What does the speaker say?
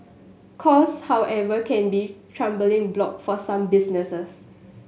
cost however can be trembling block for some businesses